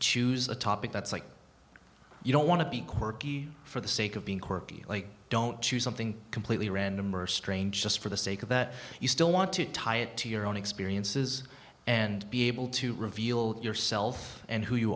choose a topic that's like you don't want to be quirky for the sake of being quirky don't choose something completely random or strange just for the sake of that you still want to tie it to your own experiences and be able to reveal yourself and who you